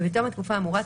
ובתום התקופה האמורה,